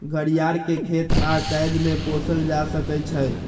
घरियार के खेत आऽ कैद में पोसल जा सकइ छइ